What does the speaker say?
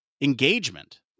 engagement